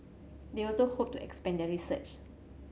they also hope to expand their research